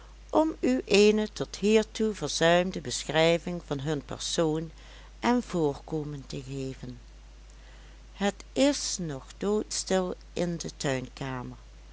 om u eene tot hiertoe verzuimde beschrijving van hun persoon en voorkomen te geven het is nog doodstil in de